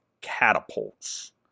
catapults